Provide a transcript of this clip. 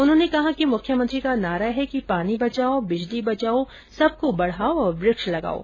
उन्होंने कहा कि मुख्यमंत्री का नारा है कि पानी बचाओ बिजली बचाओ सबको पढाओं और वृक्ष लगाओं